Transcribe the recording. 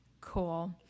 cool